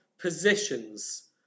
positions